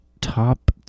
top